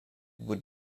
would